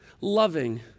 loving